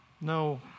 No